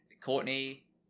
Courtney